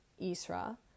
Isra